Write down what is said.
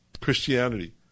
Christianity